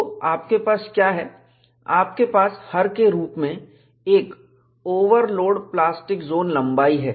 तो आपके पास क्या है आपके पास हर के रूप में एक ओवरलोड प्लास्टिक जोन लंबाई है